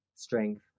strength